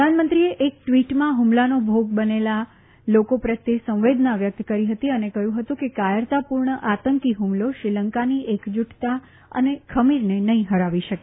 પ્રધાનમંત્રીએ એક ટ્વીટમાં ફમલાનો ભાગ બનેલા લોકો પ્રત્યે સંવેદના વ્યક્ત કરી ફતી અને કહ્યું ફતું કે કાયરતાપૂર્ણ આતંકી ફમલો શ્રીલંકાની એકજૂટતાને અને ખમીરને નફીં ફરાવી શકે